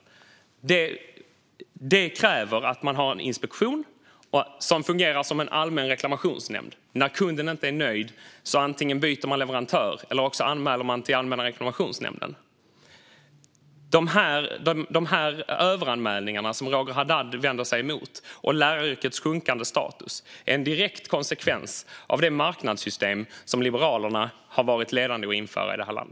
Det kräver att man har en inspektion som fungerar som en allmän reklamationsnämnd. När kunden inte är nöjd byter den antingen leverantör eller anmäler till Allmänna reklamationsnämnden. De överanmälningar som Roger Haddad vänder sig emot och läraryrkets sjunkande status är en direkt konsekvens av det marknadssystem som Liberalerna har varit ledande i att införa i detta land.